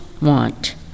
want